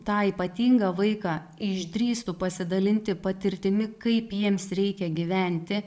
tą ypatingą vaiką išdrįstų pasidalinti patirtimi kaip jiems reikia gyventi